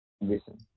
Listen